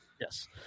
Yes